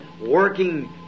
working